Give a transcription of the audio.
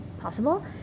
possible